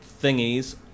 thingies